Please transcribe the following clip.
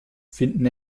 finden